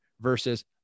versus